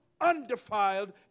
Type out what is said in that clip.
undefiled